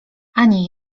ani